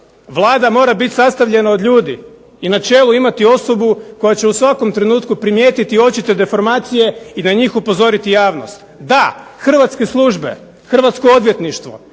Vlada mora biti sastavljena od ljudi i na čelu imati osobu koja će u svakom trenutku primijetiti očite deformacije i na njih upozoriti javnost. Da, hrvatske službe, hrvatsko odvjetništvo,